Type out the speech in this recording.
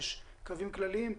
יש קווים כלליים,